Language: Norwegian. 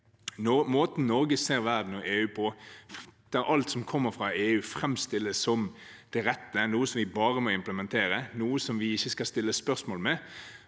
måten Norge ser verden og EU på, der alt som kommer fra EU, framstilles som det rette, som noe vi bare må implementere, som noe vi ikke skal stille spørsmål ved.